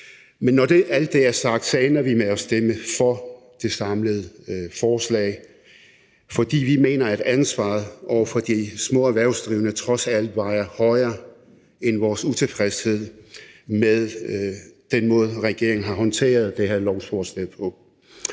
Men når alt det er sagt, ender vi med at stemme for det samlede forslag, fordi vi mener, at ansvaret over for de små erhvervsdrivende trods alt vejer tungere end vores utilfredshed med den måde, regeringen har håndteret det her lovforslag på.